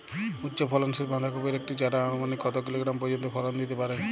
উচ্চ ফলনশীল বাঁধাকপির একটি চারা আনুমানিক কত কিলোগ্রাম পর্যন্ত ফলন দিতে পারে?